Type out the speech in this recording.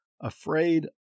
afraid